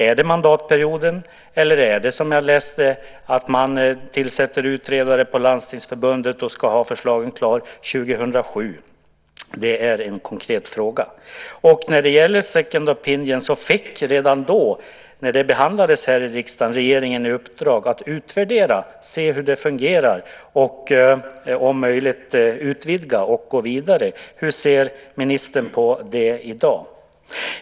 Är det mandatperioden som gäller, eller är det som jag läste att man tillsätter utredare på Landstingsförbundet och ska ha förslagen klara 2007? Det är en konkret fråga. När det gäller en second opinion fick regeringen redan när frågan behandlades här i riksdagen i uppdrag att utvärdera detta och se hur det fungerar och om möjligt utvidga det och gå vidare. Hur ser ministern på det i dag?